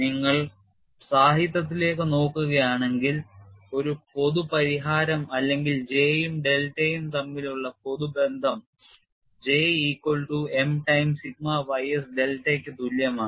നിങ്ങൾ സാഹിത്യത്തിലേക്ക് നോക്കുകയാണെങ്കിൽ ഒരു പൊതു പരിഹാരം അല്ലെങ്കിൽ J യും ഡെൽറ്റയും തമ്മിലുള്ള പൊതുബന്ധം J equal to m times sigma ys ഡെൽറ്റയ്ക്ക് തുല്യമാണ്